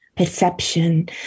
perception